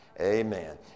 amen